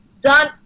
done